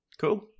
Cool